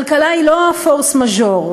כלכלה היא לא פורס מז'ור,